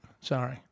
Sorry